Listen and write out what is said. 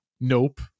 Nope